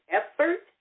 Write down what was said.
effort